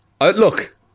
Look